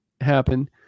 happen